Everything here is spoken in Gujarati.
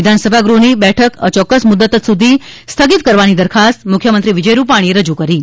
વિધાનસભા ગૃહની બેઠક અચોકકસ મુદત સુધી સ્થગિત કરવાની દરખાસ્ત મુખ્યમંત્રી વિજય રૂપાણીએ રજૂ કરી હતી